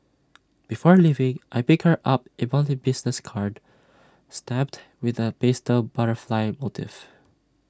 before leaving I pick her up ebony business card stamped with A pastel butterfly motif